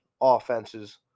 offenses